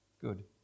Good